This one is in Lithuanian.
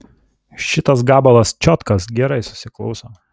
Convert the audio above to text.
šitas gabalas čiotkas gerai susiklauso